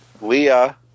Leah